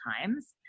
times